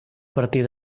partir